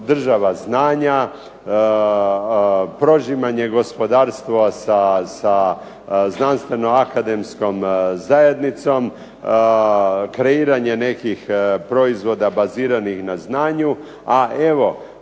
Država znanja, prožimanje sa znanstveno-akademskom zajednicom, kreiranje nekih proizvoda baziranih na znanju. A evo